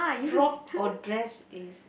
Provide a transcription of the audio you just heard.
frock or dress is